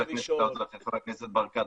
חבר הכנסת ברקת,